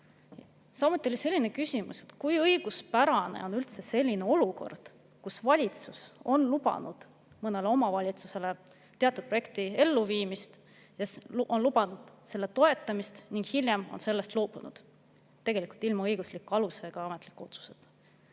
Samuti oli selline küsimus, et kui õiguspärane on üldse selline olukord, kus valitsus on lubanud mõnele omavalitsusele teatud projekti elluviimist, on lubanud selle toetamist ning hiljem sellest loobub tegelikult ilma õigusliku, ametliku otsuseta.